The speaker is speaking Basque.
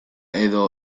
edo